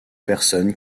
personnes